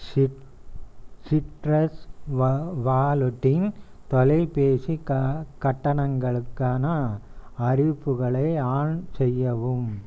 chit citrus வா walleting தொலைபேசி க கட்டணங்களுக்கான அறிவிப்புகளை ஆன் செய்யவும்